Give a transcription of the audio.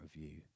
review